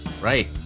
right